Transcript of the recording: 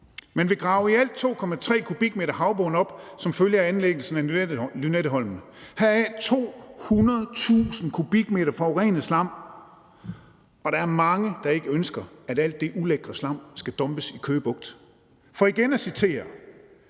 Man vil grave i alt 2,5 mio. m3 havbund op som følge af anlæggelsen af Lynetteholmen, og heraf er 200.000 m3 forurenet slam, og der er mange, der ikke ønsker, at alt det ulækre slam skal dumpes i Købe Bugt. For igen at citere